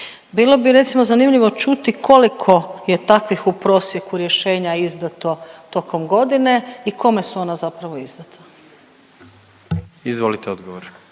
Bilo bi recimo zanimljivo čuti koliko je takvih u prosjeku rješenja izdato tokom godine i kome su ona zapravo izdata. **Jandroković,